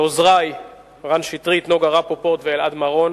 לעוזרי רן שטרית, נוגה רפפורט ואלעד מרון.